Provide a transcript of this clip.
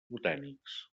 botànics